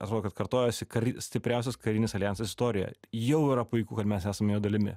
atrodo kad kartojuosi kari stipriausias karinis aljansas istorijoje jau yra puiku kad mes esam jo dalimi